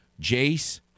Jace